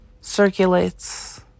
circulates